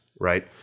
right